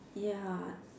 ya